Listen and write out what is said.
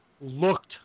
looked